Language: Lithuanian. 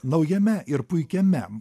naujame ir puikiame